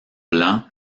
blanc